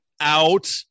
out